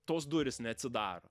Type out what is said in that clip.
tos durys neatsidaro